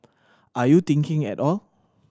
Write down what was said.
are you thinking at all